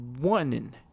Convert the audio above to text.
one